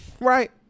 right